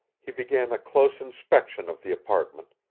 he began a close inspection of the apartment,